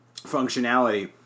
functionality